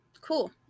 Cool